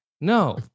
No